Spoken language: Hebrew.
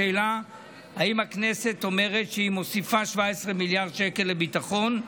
השאלה היא אם הכנסת אומרת שהיא מוסיפה 17 מיליארד שקל לביטחון,